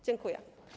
Dziękuję.